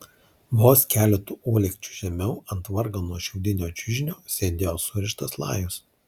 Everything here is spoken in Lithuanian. vos keletu uolekčių žemiau ant vargano šiaudinio čiužinio sėdėjo surištas lajus